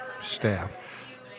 staff